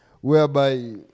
whereby